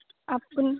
আপুনি